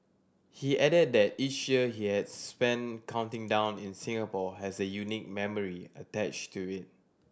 he added that each year he has spent counting down in Singapore has a unique memory attached to it